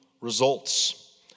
results